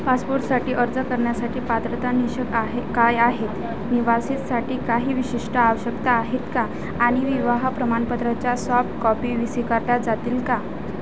पासपोर्टसाठी अर्ज करण्यासाठी पात्रता निकष आहे काय आहेत निवासितसाठी काही विशिष्ट आवश्यकता आहेत का आणि विवाह प्रमाणपत्राच्या सॉफ्ट कॉपी वि स्वीकारल्या जातील का